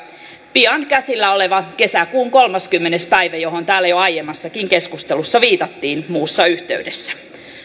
pian käsillä oleva kesäkuun kolmaskymmenes päivä johon täällä jo aiemmassakin keskustelussa viitattiin muussa yhteydessä